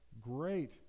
great